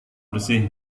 bersih